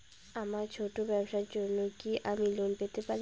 আমার ছোট্ট ব্যাবসার জন্য কি আমি লোন পেতে পারি?